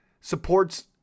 supports